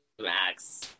max